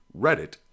Reddit